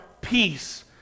peace